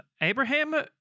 Abraham